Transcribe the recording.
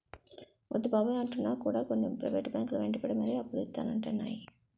వద్దు బాబోయ్ అంటున్నా కూడా కొన్ని ప్రైవేట్ బ్యాంకు లు వెంటపడి మరీ అప్పులు ఇత్తానంటున్నాయి